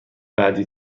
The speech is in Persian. بعدی